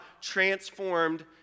transformed